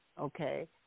okay